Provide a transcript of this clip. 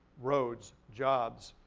roads, jobs,